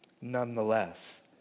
nonetheless